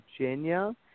Virginia